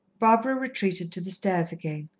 barbara retreated to the stairs again.